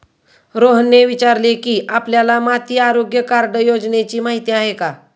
रोहनने विचारले की, आपल्याला माती आरोग्य कार्ड योजनेची माहिती आहे का?